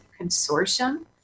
Consortium